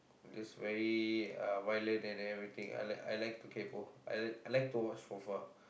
just very uh violent and everything I like I like to kaypoh I like I like to watch from far